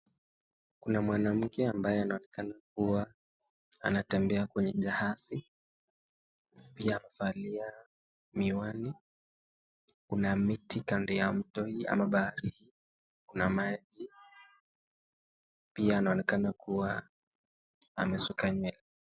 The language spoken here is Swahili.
Kuna mwanamke ambaye anaonekana kuwa anatembea kwenye jahazi pia amevalia miwani kuna miti kando ya mto ama bahari kuna maji pia anaonekana kuwa amesuka nywele.